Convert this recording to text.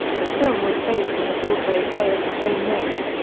the film was based on the broadway play of the same name.